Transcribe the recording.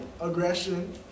aggression